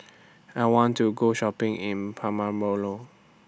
I want to Go Shopping in Paramaribo